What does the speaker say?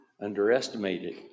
underestimated